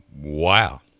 Wow